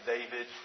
David